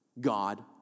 God